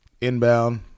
Inbound